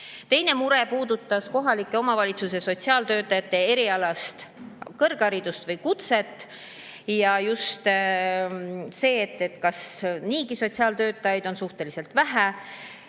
Teine mure puudutas kohalike omavalitsuste sotsiaaltöötajate erialast kõrgharidust või kutset. Mure oli just see, et niigi on sotsiaaltöötajaid suhteliselt vähe.